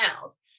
else